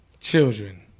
Children